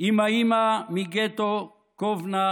עם האימא מגטו קובנה,